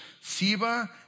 Seba